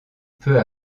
peu